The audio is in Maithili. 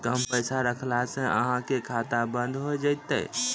कम पैसा रखला से अहाँ के खाता बंद हो जैतै?